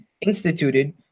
instituted